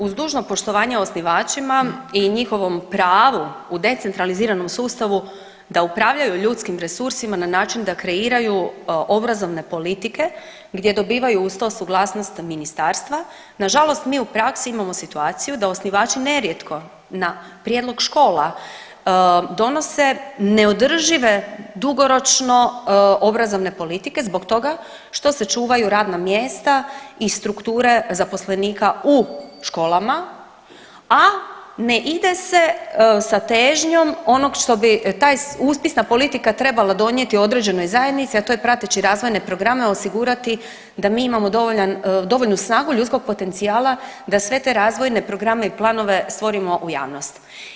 Uz dužno poštovanje osnivačima i njihovom pravu u decentraliziranom sustavu da upravljaju ljudskim resursima na način da kreiraju obrazovne politike gdje dobivaju uz to suglasnost ministarstva nažalost mi u praksi imamo situaciju da osnivači nerijetko na prijedlog škola donose neodržive dugoročno obrazovne politike zbog toga što se čuvaju radna mjesta i strukture zaposlenika u školama, a ne ide se sa težnjom onog što bi ta upisna politika trebala donijeti određenoj zajednici, a to je prateći razvojne programe osigurati da mi imamo dovoljnu snagu ljudskog potencijala da sve te razvojne programe i planove stvorimo u javnost.